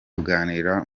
kuganira